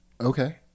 Okay